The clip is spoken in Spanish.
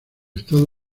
estados